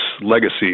legacy